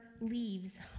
leaves